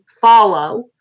follow